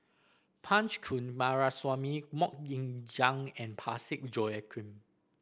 Punch Coomaraswamy MoK Ying Jang and Parsick Joaquim